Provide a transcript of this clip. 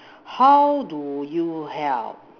how do you help